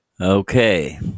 Okay